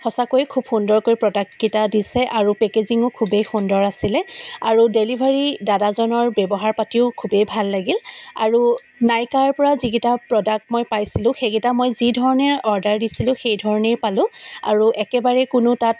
সঁচাকৈ খুব সুন্দৰকৈ প্ৰডাক্টকেইটা দিছে আৰু পেকেজিঙো খুবেই সুন্দৰ আছিল আৰু ডেলিভাৰী দাদাজনৰ ব্যৱহাৰ পাতিও খুবেই ভাল লাগিল আৰু নাইকাৰ পৰা যিকেইটা প্ৰডাক্ট মই পাইছিলোঁ সেইকেইটা মই যি ধৰণে অৰ্ডাৰ দিছিলোঁ সেইধৰণেই পালোঁ আৰু একেবাৰেই কোনো তাত